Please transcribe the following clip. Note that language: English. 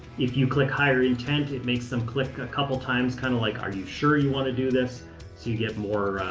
if you click higher intent, it makes them click a couple times kind of like, are you sure you want to do so you get more,